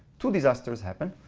two disasters happen.